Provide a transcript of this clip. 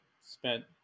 spent